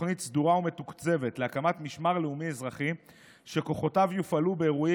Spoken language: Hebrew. תוכנית סדורה ומתוקצבת להקמת משמר לאומי-אזרחי שכוחותיו יופעלו באירועים,